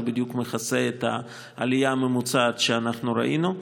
זה בדיוק מכסה את העלייה הממוצעת שאנחנו ראינו.